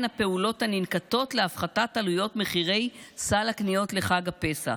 הפעולות הננקטות להפחתת עלויות מחירי סל הקניות לחג הפסח.